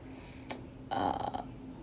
err